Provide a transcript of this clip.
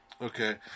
Okay